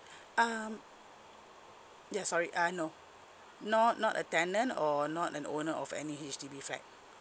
um yeah sorry uh no not not a tenant or not an owner of any H_D_B flat